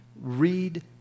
read